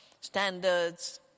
standards